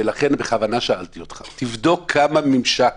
ולכן בכוונה אמרתי תבדוק כמה ממשק